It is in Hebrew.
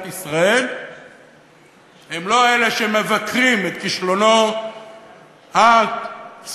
ישראל הם לא אלה שמבקרים את כישלונו הספקטקולרי,